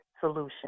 solution